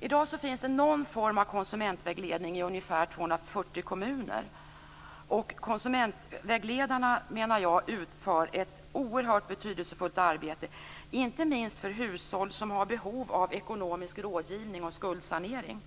I dag finns det någon form av konsumentvägledning i ungefär 240 kommuner. Konsumentvägledarna utför ett oerhört betydelsefullt arbete, inte minst för hushåll som har behov av ekonomisk rådgivning och skuldsanering.